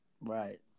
right